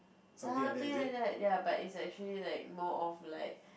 something like that ya but is actually like more of like